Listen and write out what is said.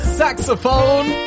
saxophone